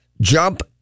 jump